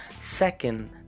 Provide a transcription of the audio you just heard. second